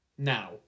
Now